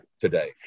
today